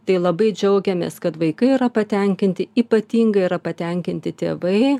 tai labai džiaugiamės kad vaikai yra patenkinti ypatingai yra patenkinti tėvai